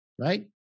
right